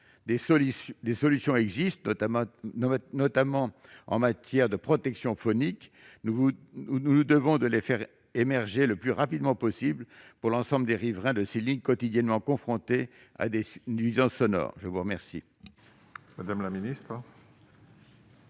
Des solutions existent, notamment en matière de protection phonique. Nous nous devons de les faire émerger le plus rapidement possible pour l'ensemble des riverains de ces lignes, qui sont quotidiennement confrontés à des nuisances sonores. La parole